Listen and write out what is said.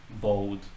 bold